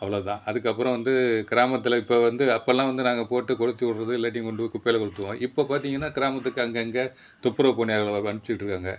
அவ்வளோதான் அதுக்கு அப்புறம் வந்து கிராமத்தில் இப்போ வந்து அப்போல்லாம் வந்து நாங்கள் போட்டு கொளுத்தி விட்றது இல்லாட்டி இங்கே கொண்டு வந்து குப்பையில் கொளுத்துவோம் இப்போ பார்த்தீங்கன்னா கிராமத்துக்கு அங்கே அங்கே துப்புரவு பணியாளர்களை அமுச்சு விட்டிருக்காங்க